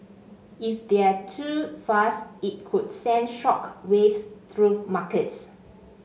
if they're too fast it could send shock waves through markets